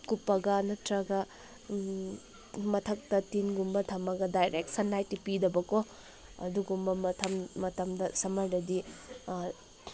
ꯀꯨꯞꯄꯒ ꯅꯠꯇ꯭ꯔꯒ ꯃꯊꯛꯇ ꯇꯤꯟꯒꯨꯝꯕ ꯊꯝꯃꯒ ꯗꯥꯏꯔꯦꯛ ꯁꯟ ꯂꯥꯏꯠꯇꯤ ꯄꯤꯗꯕꯀꯣ ꯑꯗꯨꯒꯨꯝꯕ ꯃꯇꯝꯗ ꯁꯝꯃꯔꯗꯗꯤ